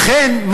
לכן,